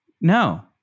no